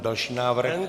Další návrh.